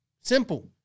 Simple